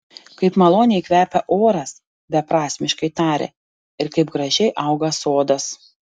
kaip maloniai kvepia oras beprasmiškai tarė ir kaip gražiai auga sodas